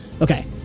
okay